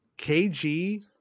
KG